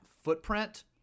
footprint